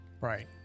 Right